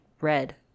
red